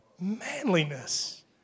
Manliness